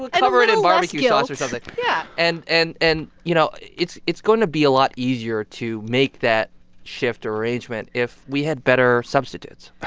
but cover it in barbecue sauce or something yeah and and and, you know, it's it's going to be a lot easier to make that shift arrangement if we had better substitutes i